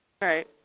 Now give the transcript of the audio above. Right